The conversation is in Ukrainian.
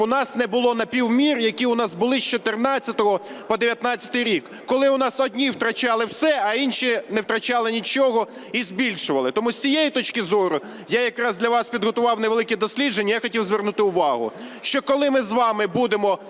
нас не було напівмір, які у нас були з 14-го по 19-й рік, коли у нас одні втрачали все, а інші не втрачали нічого і збільшували. Тому з цієї точки зору я якраз для вас підготував невелике дослідження. Я хотів звернути увагу, що коли ми з вами будемо